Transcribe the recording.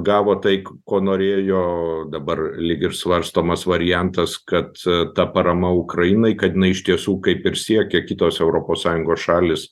gavo tai ko norėjo dabar lyg ir svarstomas variantas kad ta parama ukrainai kad jinai iš tiesų kaip ir siekia kitos europos sąjungos šalys